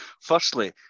firstly